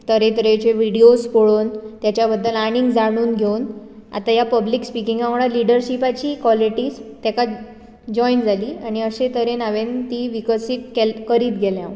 तरेतरेचे विडीयोस पळोवन तेच्या बद्दल आनीक जाणून घेवन आता ह्या पब्लिक स्पिकींगा वांगडा लिडरशिपाची क्वॉलिटी तेका जॉयंट जाली आनी अशें तरेन हांवेन ती विकसित केल करीत गेले हांव